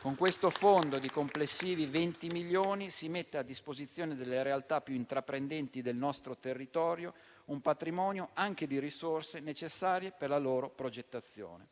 Con questo fondo di complessivi 20 milioni si mette a disposizione delle realtà più intraprendenti del nostro territorio un patrimonio anche di risorse necessarie per la loro progettazione.